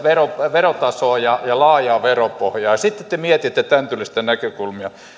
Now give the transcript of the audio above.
verotasoa ja ja laajaa veropohjaa ja sitten te mietitte tämäntyylisiä näkökulmia